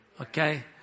Okay